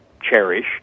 cherish